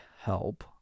help